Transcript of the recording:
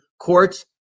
courts